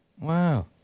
Wow